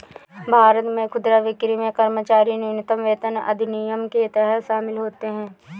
भारत में खुदरा बिक्री में कर्मचारी न्यूनतम वेतन अधिनियम के तहत शासित होते है